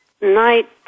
night